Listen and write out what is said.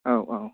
औ औ